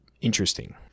interesting